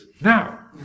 now